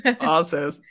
awesome